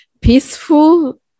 peaceful